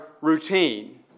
routine